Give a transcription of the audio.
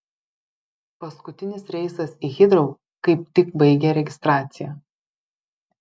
paskutinis reisas į hitrou kaip tik baigė registraciją